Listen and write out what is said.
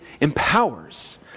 empowers